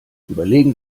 überlegen